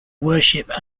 worship